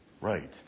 Right